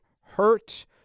hurt